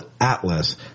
Atlas